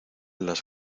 las